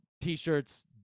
t-shirts